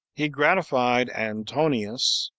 he gratified antonius,